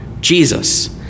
Jesus